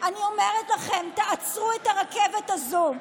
אני אומרת לכם, תעצרו את הרכבת הזו.